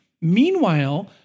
Meanwhile